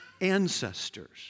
ancestors